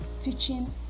teaching